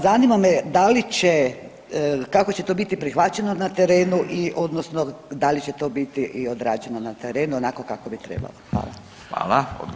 Zanima me da li će, kako će to biti prihvaćeno na terenu i odnosno da li će to biti i odrađeno na terenu, onako kako bi trebalo?